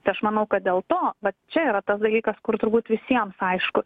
tai aš manau kad dėl to vat čia yra tas dalykas kur turbūt visiems aišku